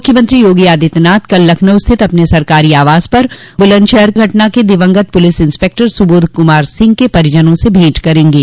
मुख्यमंत्री योगी आदित्यनाथ कल लखनऊ स्थित अपने सरकारी आवास पर बुलन्दशहर घटना के दिवंगत पुलिस इंस्पेक्टर सुबोध कुमार सिंह के परिजनों से भेंट करेंगे